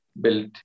built